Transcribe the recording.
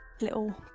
little